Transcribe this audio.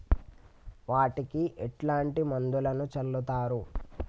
వాటికి ఎట్లాంటి మందులను చల్లుతరు?